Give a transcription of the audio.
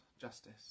justice